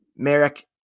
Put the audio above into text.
Merrick